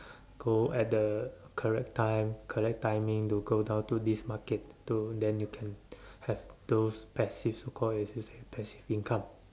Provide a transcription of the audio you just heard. go at the correct time correct timing to go down to this market to then you can have those passive so called as you say passive income